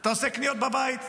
אתה עושה קניות בבית?